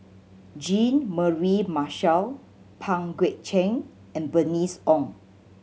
Jean Mary Marshall Pang Guek Cheng and Bernice Ong